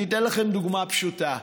אני אתן לכם דוגמה פשוטה.